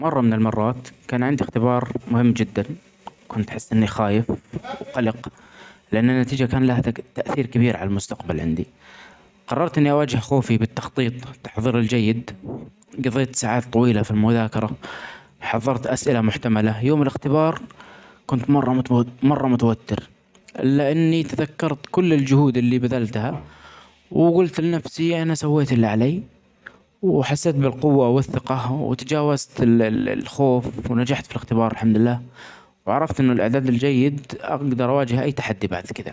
مره من المرات كان عندي اختبار مهم جدا كنت احس اني خايف قلق لاني نتيجه كامله تأ-تأثير كبير علي المستقبل عندي. قررت اني اواجه خوفي بالتخطيط والتحزير الجيد قضيت ساعات طويله في المذاكره حظرت اسئله محتمله يوم الاختبار كنت مره متو-مره متوتر ل-لاني تذكرت كل الجهود اللي بذلتها وقلت لنفسي انا سويت اللي علي وحسيت بالقوه والثقه وتجاوزت الخوف ونجحت في الاختبار الحمد لله وعرفت أن الإعداد الجيد اقدر أواجه أي تحدي بعد كده.